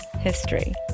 history